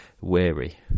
weary